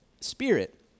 spirit